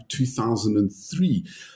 2003